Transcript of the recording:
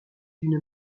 d’une